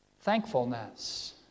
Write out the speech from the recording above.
Thankfulness